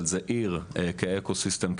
עיר כאקו סיסטם,